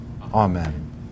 Amen